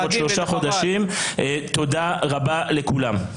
תודה רבה לכולם.